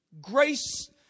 grace